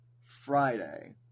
Friday